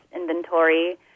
inventory